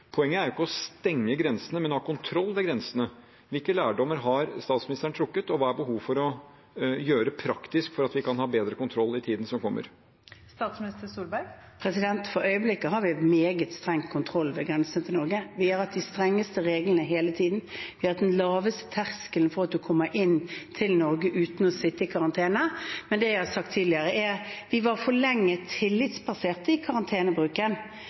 Poenget er ikke å stenge grensene, men å ha kontroll ved grensene. Hvilke lærdommer har statsministeren trukket, og hva er det behov for å gjøre praktisk for at vi kan ha bedre kontroll i tiden som kommer? For øyeblikket har vi en meget streng kontroll ved grensen til Norge. Vi har hatt de strengeste reglene hele tiden, vi har hatt den laveste terskelen for å komme inn i Norge uten å sitte i karantene. Men det jeg har sagt tidligere, er at vi var for lenge tillitsbaserte i karantenebruken.